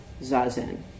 zazen